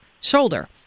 shoulder